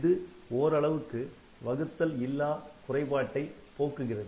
இது ஓரளவுக்கு வகுத்தல் இல்லா குறைபாட்டைப் போக்குகிறது